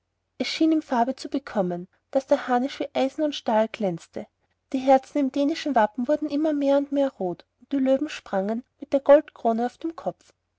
ihm farbe zu bekommen und daß der harnisch wie eisen und stahl glänzte die herzen im dänischen wappen wurden mehr und mehr rot und die löwen sprangen mit der goldkrone auf dem kopf